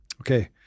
okay